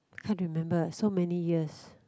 can't remember so many years